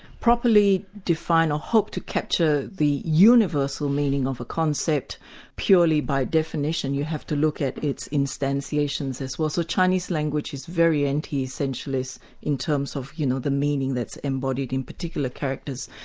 properly define, or hope to catch ah the universal meaning of a concept purely by definition, you have to look at it's instantiations as well, so chinese language is very anti-essentialist in terms of you know the meaning that's embodied in particular characters.